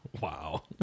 Wow